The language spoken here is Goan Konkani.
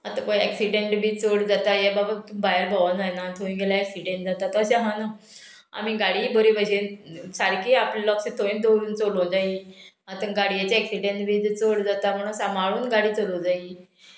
आतां पळय एक्सिडेंट बी चड जाता हें बाबा भायर भोंवंक जायना थंय गेल्यार एक्सिडेंट जाता तशें मानूंक आमी गाडीय बरे भशेन सारकी आपलें लक्ष थंयच दवरून चलोवंक जाय आतां गाडयेचे एक्सिडेंट बी चड जाता म्हणून सांबाळून गाडी चलोवंक जायी